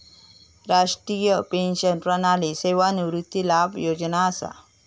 राष्ट्रीय पेंशन प्रणाली सेवानिवृत्ती लाभ योजना असा